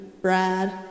Brad